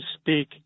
speak